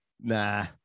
Nah